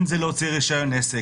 אם זה להוציא רישיון עסק,